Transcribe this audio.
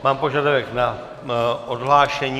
Mám požadavek na odhlášení.